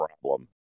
problem